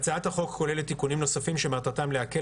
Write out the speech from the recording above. הצעת החוק כוללת תיקונים נוספים שמטרתם להקל